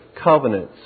covenants